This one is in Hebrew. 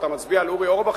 אתה מצביע על אורי אורבך,